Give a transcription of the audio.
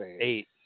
eight